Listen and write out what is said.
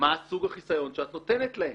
מה סוג החיסיון שאת נותנת להן.